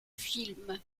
film